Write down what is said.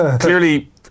clearly